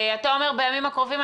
אתה אומר בימים הקרובים,